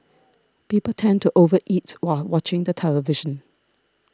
people tend to over eat while watching the television